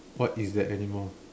what is that animal